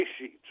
sheets